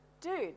dude